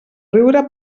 riure